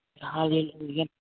Hallelujah